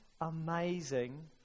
amazing